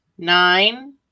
Nine